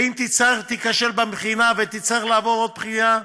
ואם תיכשל בבחינה ותצטרך לעבור עוד בחינה,